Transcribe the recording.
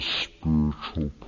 spiritual